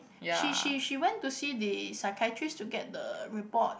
she she she went to see the psychiatrist to get the report